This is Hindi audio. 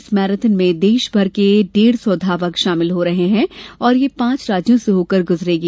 इस मैराथन में देशभर के डेढ़ सौ धावक शामिल हो रहे है और यह पांच राज्यों से होकर गुजरेगी